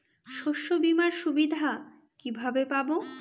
শস্যবিমার সুবিধা কিভাবে পাবো?